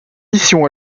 missions